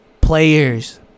players